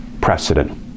precedent